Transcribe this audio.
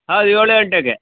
ಹೌದು ಏಳು ಎಂಟಕ್ಕೆ